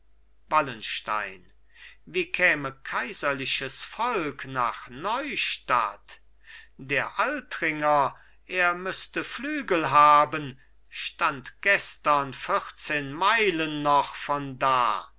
wallenstein wie käme kaiserliches volk nach neustadt der altringer er müßte flügel haben stand gestern vierzehn meilen noch von da